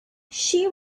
she